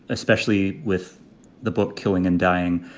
especially with the book killing and dying,